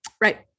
Right